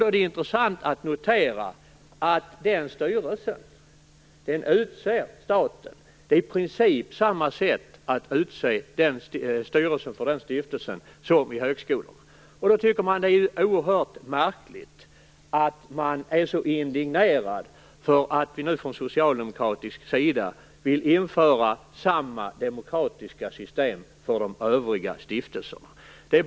Det är intressant att notera att det är staten som utser den styrelsen, precis på samma sätt som när det gäller högskolorna. Då är det oerhört märkligt att man nu är så indignerad över att vi från socialdemokraterna vill införa samma demokratiska system för de övriga stiftelserna.